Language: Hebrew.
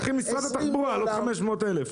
עם משרד התחבורה על עוד 500,000 שקל.